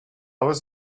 was